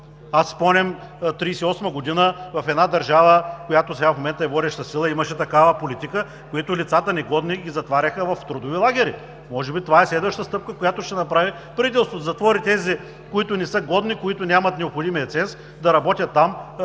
си спомням през 1938 г. в една държава, която сега в момента е водеща сила, имаше такава политика, негодните лица ги затваряха в трудови лагери. Може би това е следваща стъпка, която ще направи правителството – да затвори тези, които не са годни, които нямат необходимия ценз да работят там